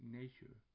nature